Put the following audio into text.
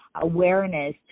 awareness